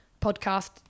Podcast